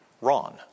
Ron